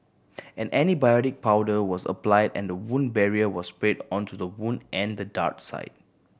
an antibiotic powder was applied and a wound barrier was sprayed onto the wound and dart site